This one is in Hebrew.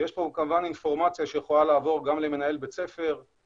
יש גם אינפורמציה שיכולה לעבור גם למנהל בית ספר,